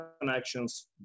connections